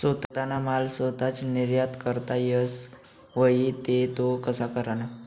सोताना माल सोताच निर्यात करता येस व्हई ते तो कशा कराना?